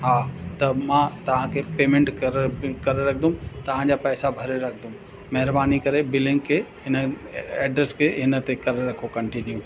हा त मां तव्हांखे पेमेंट कर करे रखंदुमि तव्हांजा पैसा भरे रखंदुमि महिरबानी करे बिलिंग खे हिन एड्रेस खे हिन ते करे रखो कंटिन्यू